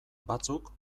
batzuk